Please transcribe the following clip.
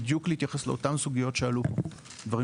כדי להתייחס בדיוק לאותו סוגיות שעלו פה.